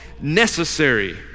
necessary